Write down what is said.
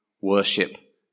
worship